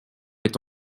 est